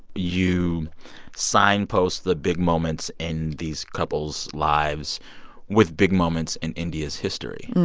you signpost the big moments in these couples' lives with big moments in india's history.